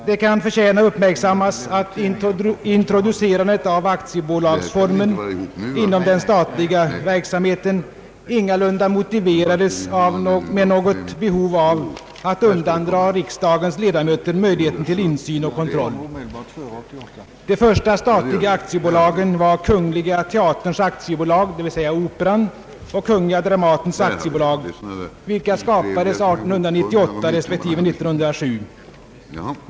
Det kan förtjäna att uppmärksammas att introducerandet av aktiebolagsformen inom den statliga verksamheten ingalunda motiverades med något behov av att undandra riksdagens ledamöter möjligheten till insyn och kontroll. De första statliga aktiebolagen var Kungl. Teaterns AB, d.v.s. Operan, och Kungl. Dramatens AB, vilka skapades 1898 resp. 1907.